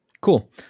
cool